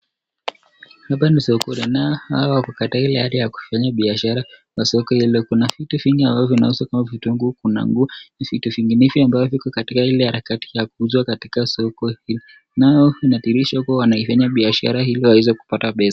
Hapa ni sokoni nao hawa wako katika ile hali ya kufanya biashara kwa soko ile, kuna vitu vingi ambavyo vinauzwa kama vile vitunguu, kuna nguo na vitu vinginevyo ambavyo viko katika ile harakati ya kuuzwa katika soko hii, nayo inadhihirishwa wanaifanya biashara ili waweze kupata pesa.